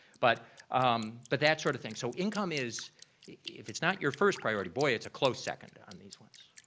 but um but that sort of thing, so income is if it's not your first priority, boy, it's a close second on these ones.